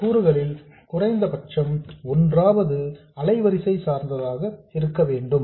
இந்த கூறுகளில் குறைந்தபட்சம் ஒன்றாவது அலைவரிசை சார்ந்ததாக இருக்க வேண்டும்